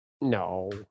No